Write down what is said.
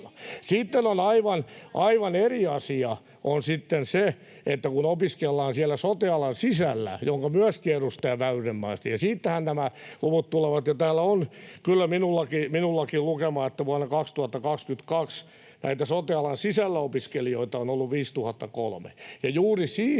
Sitten aivan eri asia on se, että opiskellaan siellä sote-alan sisällä, minkä myöskin edustaja Väyrynen mainitsi. Siitähän nämä luvut tulevat, ja täällä on kyllä minullakin lukema, että vuonna 2022 näitä opiskeljoita sote-alan sisällä on ollut 5 003. Juuri siihen